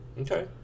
Okay